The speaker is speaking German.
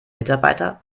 mitarbeiter